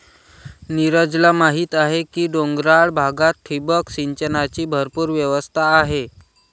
नीरजला माहीत आहे की डोंगराळ भागात ठिबक सिंचनाची भरपूर व्यवस्था आहे